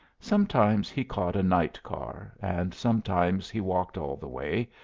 sometimes he caught a night car, and sometimes he walked all the way,